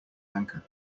anchor